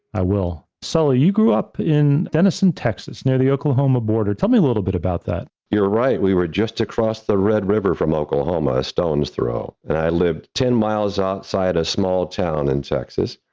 i will. sully, you grew up in denison, texas near the oklahoma border. tell me a little bit about that. you're right. we were just across the red river from oklahoma, a stone's throw, and i lived ten miles outside a small town in texas.